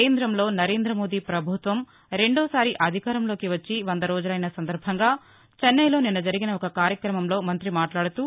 కేంద్రంలో నరేంద్ర మోదీ ప్రభుత్వం రెండోసారి అధికారంలోకి వచ్చి వంద రోజులైన సందర్భంగా చెన్నైలో నిన్న జరిగిన ఓ కార్యక్రమంలో మంతి మాట్లాదుతూ